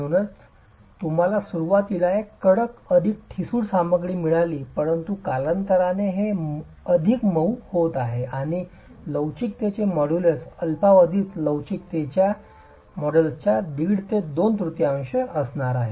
म्हणूनच तुम्हाला सुरुवातीला एक कडक अधिक ठिसूळ सामग्री मिळाली परंतु कालांतराने हे अधिक मऊ होत आहे आणि लवचिकतेचे मॉड्यूलस अल्पावधीतच लवचिकतेच्या मॉडेलसच्या दीड ते दोन तृतीयांश असणार आहे